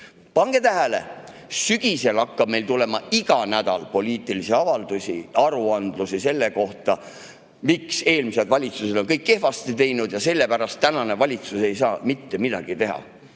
Pange tähele, sügisel hakkab tulema iga nädal poliitilisi avaldusi, aruandeid selle kohta, [et] eelmised valitsused on kõik kehvasti teinud ja sellepärast tänane valitsus ei saa mitte midagi teha.